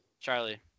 Charlie